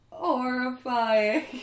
Horrifying